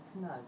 No